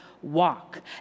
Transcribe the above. Walk